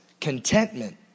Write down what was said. contentment